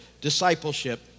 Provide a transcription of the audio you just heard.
discipleship